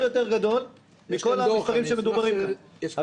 גדול מכול המספרים שמדוברים כאן --- יש כאן דוח,